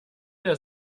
der